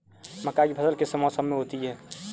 मक्का की फसल किस मौसम में होती है?